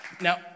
Now